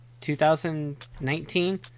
2019